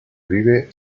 vive